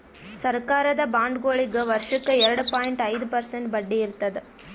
ಸರಕಾರದ ಬಾಂಡ್ಗೊಳಿಗ್ ವರ್ಷಕ್ಕ್ ಎರಡ ಪಾಯಿಂಟ್ ಐದ್ ಪರ್ಸೆಂಟ್ ಬಡ್ಡಿ ಇರ್ತದ್